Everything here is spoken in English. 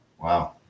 Wow